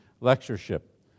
lectureship